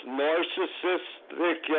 narcissistic